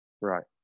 Right